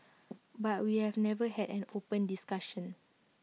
but we have never had an open discussion